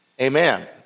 Amen